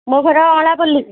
ମୋ ଘର ଅଁଳାପଲ୍ଲୀ